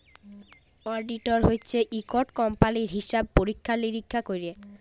auditor হছে ইকট কম্পালির হিসাব পরিখ্খা লিরিখ্খা ক্যরে